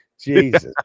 Jesus